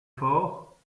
forts